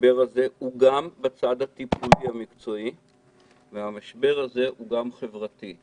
המשבר הזה הוא גם בצד הטיפולי המקצועי וגם בצד החברתי.